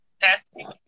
Testing